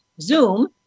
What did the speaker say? Zoom